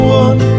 one